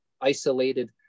isolated